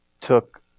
took